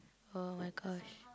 !oh-my-gosh!